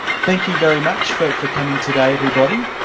thank you very much for for coming today everybody.